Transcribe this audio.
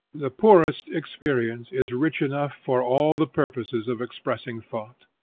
the poorest experience is rich enough for all the purposes of expressing thought.